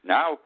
Now